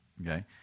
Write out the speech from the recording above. okay